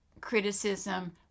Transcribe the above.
criticism